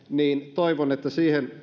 toivon että siihen